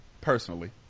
Personally